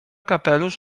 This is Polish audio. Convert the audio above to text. kapelusz